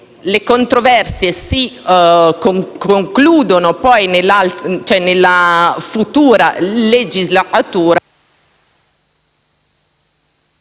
le controversie si concludono poi nella legislatura